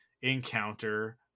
encounter